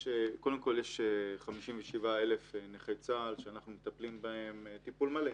יש 57,000 נכי צה"ל שאנחנו מטפלים בהם טיפול מלא.